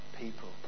people